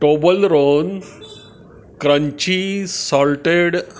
Toblerone crunchy salted